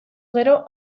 gero